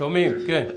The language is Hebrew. שומעים אותי?